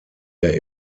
der